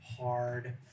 hard